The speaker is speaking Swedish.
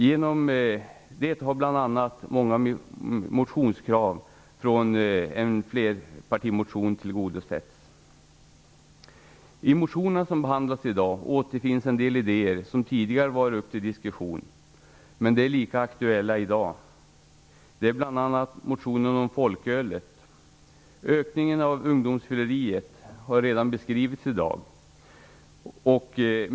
Genom det har bl.a. många motionskrav från en flerpartimotion tillgodosetts. I de motioner som behandlas i dag återfinns en del idéer som tidigare varit uppe till diskussion men som är lika aktuella i dag. Det gäller bl.a. motionen om folkölet. Ökningen av ungdomsfylleriet har redan beskrivits i dag.